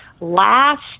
last